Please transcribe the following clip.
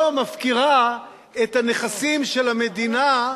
לא מפקירה את הנכסים של המדינה,